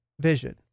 vision